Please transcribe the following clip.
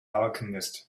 alchemist